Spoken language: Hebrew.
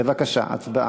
בבקשה, הצבעה.